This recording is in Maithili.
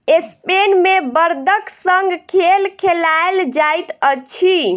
स्पेन मे बड़दक संग खेल खेलायल जाइत अछि